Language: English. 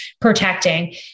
protecting